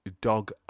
dog